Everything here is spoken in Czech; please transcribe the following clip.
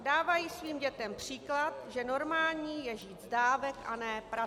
Dávají svým dětem příklad, že normální je žít z dávek a ne pracovat.